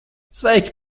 sveiki